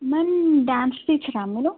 ma'am dance టీచరా మీరు